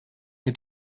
mir